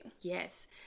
Yes